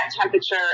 temperature